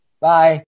Bye